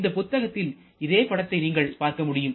இந்த புத்தகத்தில் இதே படத்தை நீங்கள் பார்க்க முடியும்